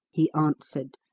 he answered,